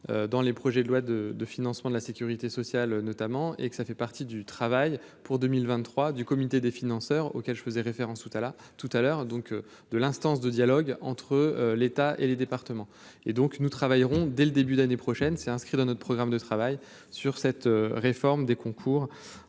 dans les projets de loi de de financement de la Sécurité sociale notamment, et que ça fait partie du travail pour 2023 du comité des financeurs auquel je faisais référence tout à la tout à l'heure, donc de l'instance de dialogue entre l'État et les départements, et donc nous travaillerons dès le début d'année prochaine, c'est inscrit dans notre programme de travail sur cette réforme des concours